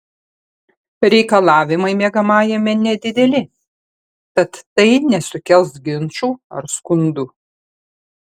reikalavimai miegamajame nedideli tad tai nesukels ginčų ar skundų